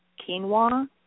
quinoa